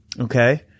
okay